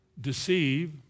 deceive